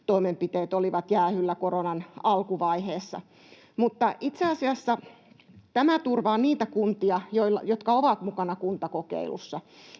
toimenpiteet olivat jäähyllä koronan alkuvaiheessa. Itse asiassa tämä turvaa niitä kuntia, jotka ovat mukana kuntakokeilussa,